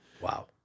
Wow